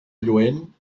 lluent